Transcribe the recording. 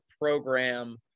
program